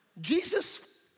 Jesus